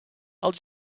i’ll